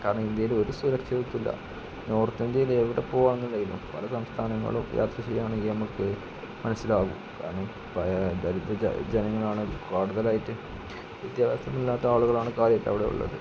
കാരണം ഇന്ത്യയില് ഒരു സുരക്ഷിതത്വവുമില്ല നോർത്തിന്ത്യയില് എവിടെ പോകാ പല സംസ്ഥാനങ്ങളും യാത്ര ചെയ്യാമെങ്കില് നമുക്ക് മനസ്സിലാവും കാരണം ദരിദ്ര ജനങ്ങളാണ് കൂടുതലായിട്ട് വിദ്യാഭ്യാസമില്ലാത്ത ആളുകളാണ് കാര്യമായിട്ട് അവിടെ ഉള്ളത്